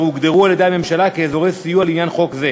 אשר הוגדרו על-ידי הממשלה כאזורי סיוע לעניין חוק זה.